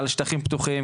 על שטחים פתוחים,